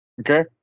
Okay